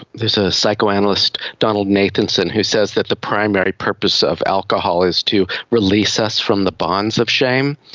there's a psychoanalyst donald nathanson who says that the primary purpose of alcohol is to release us from the bonds of shame.